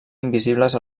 invisibles